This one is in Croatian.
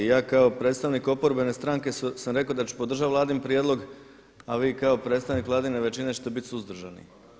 Ja kao predstavnik oporbene stranke sam rekao da ću podržati Vladin prijedlog, a vi kao predstavnik vladine većine ćete biti suzdržani.